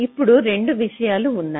ఇప్పుడు 2 విషయాలు ఉన్నాయి